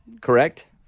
Correct